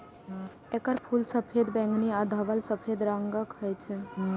एकर फूल सफेद, बैंगनी आ धवल सफेद रंगक होइ छै